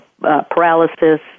paralysis